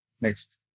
Next